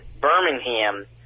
Birmingham